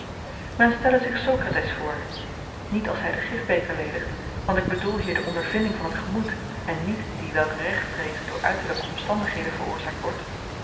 men stelle zich sokrates voor niet als hy den gifbeker ledigt want ik bedoel hier de ondervinding van t gemoed en niet die welke rechtstreeks door uiterlyke omstandigheden veroorzaakt wordt hoe